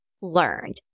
learned